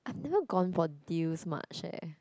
I've never gone for deals much eh